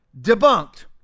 debunked